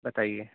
بتائیے